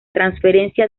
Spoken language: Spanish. transferencia